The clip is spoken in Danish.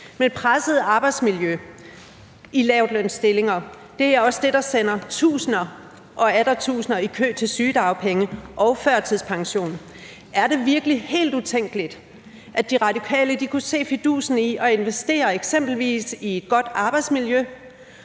et presset arbejdsmiljø er også det, der sender tusinder og atter tusinder i kø til sygedagpenge og førtidspension. Er det virkelig helt utænkeligt, at De Radikale kunne se fidusen i at investere i eksempelvis et godt arbejdsmiljø,